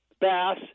bass